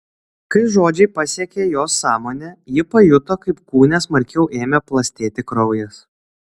kai žodžiai pasiekė jos sąmonę ji pajuto kaip kūne smarkiau ėmė plastėti kraujas